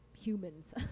humans